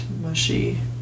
mushy